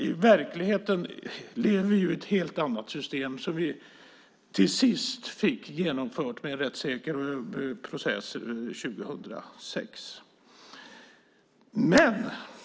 I verkligheten lever vi i ett helt annat system som vi till sist fick genomfört år 2006 med en rättssäker process.